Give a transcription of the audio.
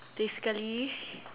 basically